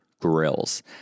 Grills